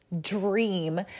dream